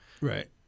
Right